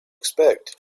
expect